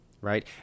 right